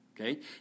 okay